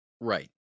Right